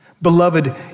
Beloved